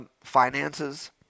finances